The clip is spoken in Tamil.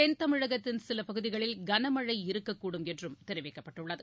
தென் தமிழகத்தின் சில ப்குதிகளில் கனமழை இருக்கக்கூடும் என்றும் தெரிவிக்கப்பட்டுள்ளது